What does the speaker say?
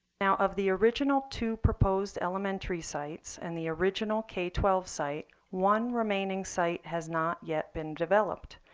now of the original two proposed elementary sites and the original k twelve site, one remaining site has not yet been developed.